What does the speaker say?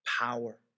power